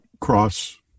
cross